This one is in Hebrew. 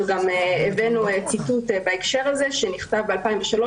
אנחנו גם הבאנו ציטוט בהקשר הזה שנכתב ב-2003,